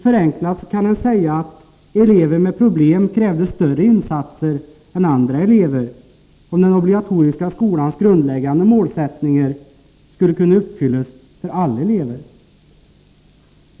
Förenklat kan man säga att elever med problem krävde större insatser än andra elever, om den obligatoriska skolans grundläggande målsättningar skulle kunna uppfyllas för alla elever.